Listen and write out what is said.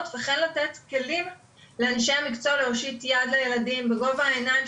וכן לתת כלים לאנשי המקצוע להושיט יד לילדים בגובה העיניים,